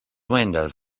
windows